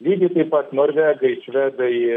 lygiai taip pat norvegai švedai